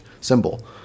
symbol